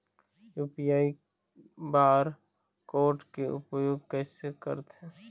UPI bar code के उपयोग कैसे करथें?